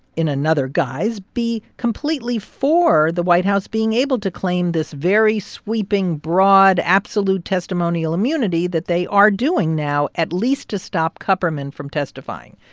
in another guise, be completely for the white house being able to claim this very sweeping, broad, absolute testimonial immunity that they are doing now, at least to stop kupperman from testifying.